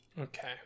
okay